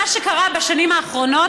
מה שקרה בשנים האחרונות,